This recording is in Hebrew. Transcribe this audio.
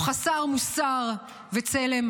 הוא חסר מוסר וצלם